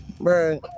bro